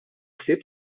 ħsieb